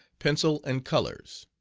pencil and colors.